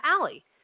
Alley